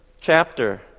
chapter